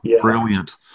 Brilliant